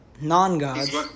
non-gods